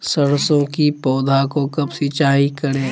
सरसों की पौधा को कब सिंचाई करे?